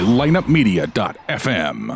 lineupmedia.fm